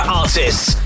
artists